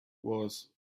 was